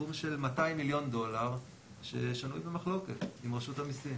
סכום של 200 מיליון דולר ששנוי במחלוקת עם רשות המיסים.